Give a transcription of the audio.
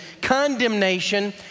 condemnation